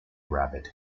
rabbit